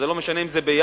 ולא משנה אם זה ביפו,